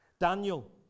Daniel